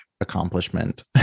accomplishment